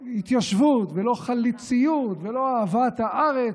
לא התיישבות, לא חלוציות ולא אהבת הארץ.